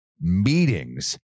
meetings